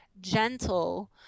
gentle